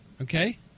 Okay